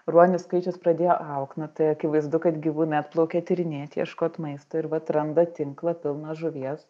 ruonių skaičius pradėjo augt na tai akivaizdu kad gyvūnai atplaukia tyrinėt ieškot maisto ir vat randa tinklą pilną žuvies